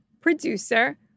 producer